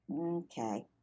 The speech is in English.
Okay